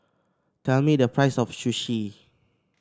tell me the price of Sushi